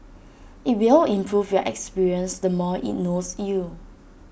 IT will improve your experience the more IT knows you